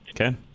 Okay